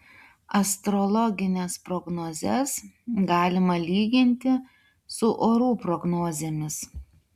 astrologines prognozes galima lyginti su orų prognozėmis